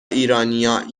ایرانیا